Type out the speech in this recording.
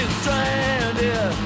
stranded